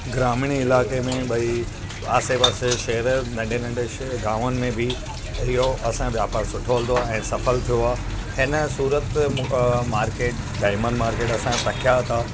ग्रामिणी इलाइक़े में भई आसेपासे शहरजे नंढे नंढे श गांवनि में बि इहो असांजे वापार सुठो हलंदो आहे ऐं सफ़ल थियो आहे ऐ न सूरत मूं मार्केट डायमंड मार्केट असांजे पुठियां अथव